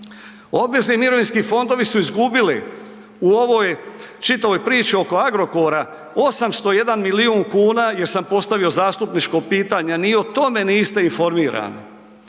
Obvezni mirovinski fondovi su izgubili u ovoj čitavoj priči oko Agrokora 801 milijun kuna jer sam postavio zastupničko pitanje, ni o tome niste informirani.